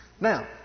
Now